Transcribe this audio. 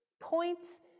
points